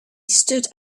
stood